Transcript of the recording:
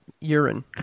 Urine